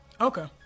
Okay